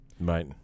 Right